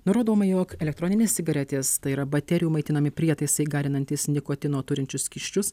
nurodoma jog elektroninės cigaretės tai yra baterijų maitinami prietaisai garinantys nikotino turinčius skysčius